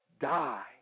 die